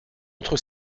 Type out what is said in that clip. autre